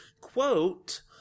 Quote